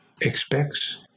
expects